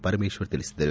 ಪರಮೇಶ್ವರ್ ತಿಳಿಸಿದರು